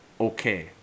Okay